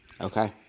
Okay